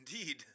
indeed